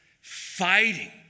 fighting